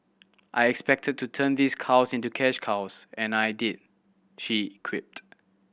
I expected to turn these cows into cash cows and I did she quipped